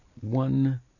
one